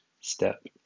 step